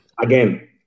Again